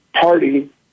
party